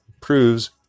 proves